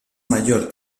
mayor